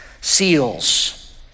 seals